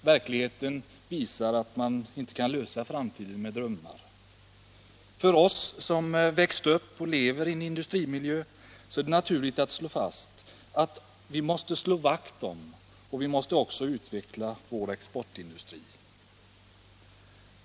Verkligheten visar att man inte kan möta framtiden med drömmar. För oss som växt upp och lever i en industrimiljö är det naturligt att slå fast att vi måste värna om och utveckla vår exportindustri.